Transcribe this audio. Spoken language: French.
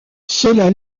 cela